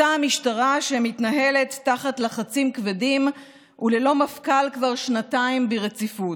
אותה משטרה שמתנהלת תחת לחצים כבדים וללא מפכ"ל כבר שנתיים ברציפות,